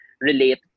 relate